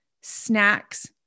snacks